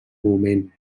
moment